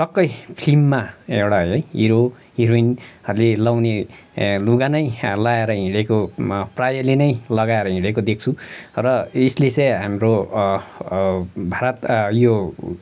टक्कै फ्लिममा एउटा हिरो हिरोइनहरूले लगाउने ए लुगा नै लाएर हिँडेको प्रायले नै लगाएर हिँडेको देख्छु र यसले चाहिँ हाम्रो भारत यो